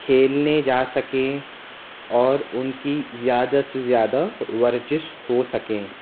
کھیلنے جا سکیں اور ان کی زیادہ سے زیادہ ورزش ہوسکیں